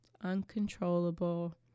uncontrollable